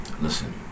Listen